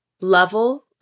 level